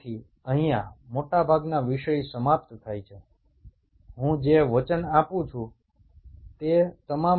আমি যে সমস্ত পেপারের কথা বলেছি সেগুলো তোমাদেরকে দিয়ে দেব